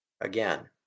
Again